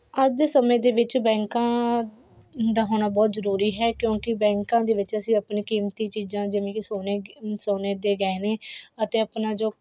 ਅੱਜ ਦੇ ਸਮੇਂ ਦੇ ਵਿੱਚ ਬੈਂਕਾਂ ਦਾ ਹੋਣਾ ਬਹੁਤ ਜ਼ਰੂਰੀ ਹੈ ਕਿਉਂਕਿ ਬੈਂਕਾਂ ਦੇ ਵਿੱਚ ਅਸੀਂ ਆਪਣੀ ਕੀਮਤੀ ਚੀਜ਼ਾਂ ਜਿਵੇਂ ਕਿ ਸੋਨੇ ਸੋਨੇ ਦੇ ਗਹਿਣੇ ਅਤੇ ਆਪਣਾ ਜੋ